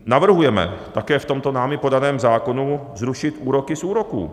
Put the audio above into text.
Navrhujeme také v tomto námi podaném zákonu zrušit úroky z úroků.